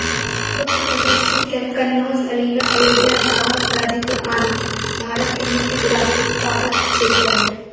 उत्तर प्रदेश के कन्नोज, अलीगढ़, अयोध्या, इटावा, गाजीपुर आदि भारत के मुख्य गुलाब उत्पादक क्षेत्र हैं